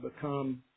become